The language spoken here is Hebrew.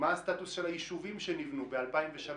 מה הסטטוס של היישובים שנבנו ב-2003?